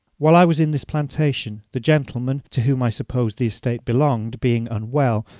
while i was in this plantation the gentleman, to whom i suppose the estate belonged, being unwell,